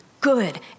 good